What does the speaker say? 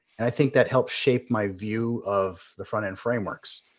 and i think that helped shape my view of the front end frameworks.